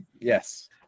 Yes